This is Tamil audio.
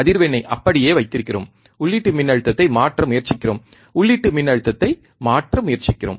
அதிர்வெண்ணைப் அப்படியே வைத்திருக்கிறோம் உள்ளீட்டு மின்னழுத்தத்தை மாற்ற முயற்சிக்கிறோம் உள்ளீட்டு மின்னழுத்தத்தை மாற்ற முயற்சிக்கிறோம்